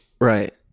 Right